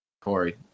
Corey